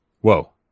Whoa